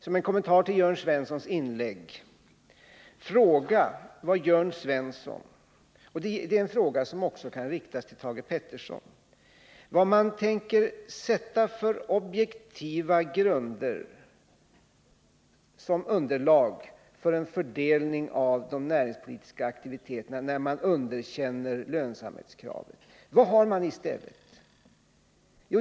Som en kommentar till Jörn Svenssons inlägg tillät jag mig fråga Jörn Svensson — det är en fråga som också kan riktas till Thage Peterson — vilka objektiva grunder man tänker tillämpa för en fördelning av de näringspolitiska aktiviteterna när man underkänner lönsamhetskravet. Vad har man att sätta in i stället?